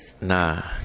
Nah